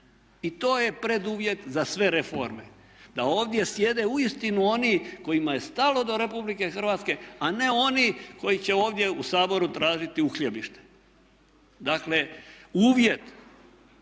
I to je preduvjet za sve reforme, da ovdje sjede uistinu oni kojima je stalo do Republike Hrvatske, a ne oni koji će ovdje u Saboru tražiti uhljebište. Dakle, uvjet